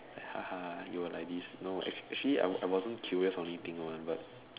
haha you were like this no ac~ actually I wasn't curious or anything one but